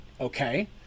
okay